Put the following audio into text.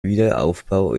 wiederaufbau